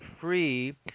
free